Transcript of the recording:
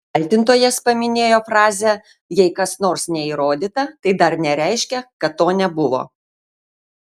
kaltintojas paminėjo frazę jei kas nors neįrodyta tai dar nereiškia kad to nebuvo